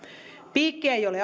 piikki ei ole